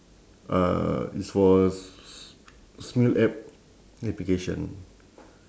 uh it's for smule app application